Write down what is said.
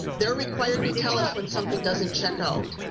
they're required to tell us when something doesn't check out.